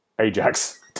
ajax